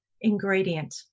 ingredient